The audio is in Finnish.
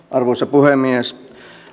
arvoisa puhemies